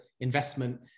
investment